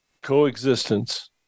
Coexistence